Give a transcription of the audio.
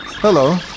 Hello